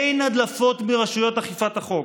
אין הדלפות מרשויות אכיפת החוק.